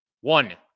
One